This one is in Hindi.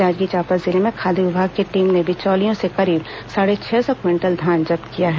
जांजगीर चांपा जिले में खाद्य विभाग की टीम ने बिचौलियों से करीब साढ़े छह सौ क्विंटल धान जब्त किया है